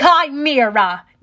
Chimera